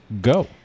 go